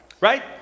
Right